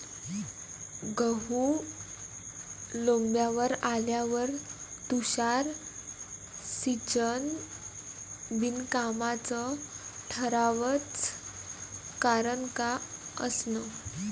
गहू लोम्बावर आल्यावर तुषार सिंचन बिनकामाचं ठराचं कारन का असन?